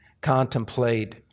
contemplate